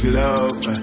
love